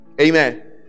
amen